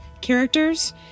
characters